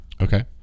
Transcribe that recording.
Okay